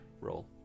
roll